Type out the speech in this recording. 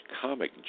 comic